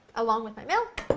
along with my milk.